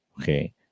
okay